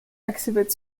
exhibit